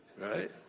right